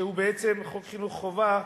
שהוא בעצם חוק חינוך חובה,